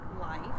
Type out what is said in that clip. life